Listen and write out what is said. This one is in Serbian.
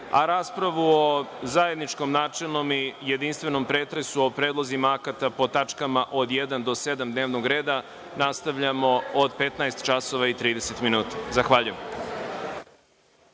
a raspravu o zajedničkom načelnom i jedinstvenom pretresu o predlozima akata po tačkama od 1. do 7. dnevnog reda nastavljamo od 15,30 časova.